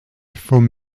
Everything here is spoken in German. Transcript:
vom